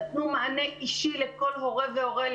נתנו מענה אישי לכל הורה והורה,